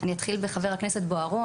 אני אתחיל בח"כ בוארון.